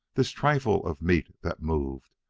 this trifle of meat that moved,